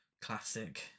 classic